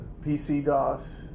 PC-DOS